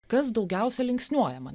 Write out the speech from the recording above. kas daugiausia linksniuojama